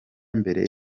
mbere